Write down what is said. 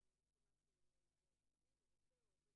הקשר בין הדרום ובין